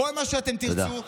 כל מה שאתם תרצו,